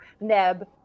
neb